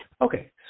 Okay